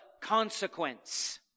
Consequence